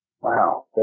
Wow